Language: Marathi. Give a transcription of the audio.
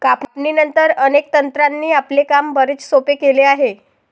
कापणीनंतर, अनेक तंत्रांनी आपले काम बरेच सोपे केले आहे